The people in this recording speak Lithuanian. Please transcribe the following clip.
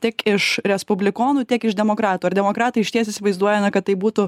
tiek iš respublikonų tiek iš demokratų ar demokratai išties įsivaizduoja na kad tai būtų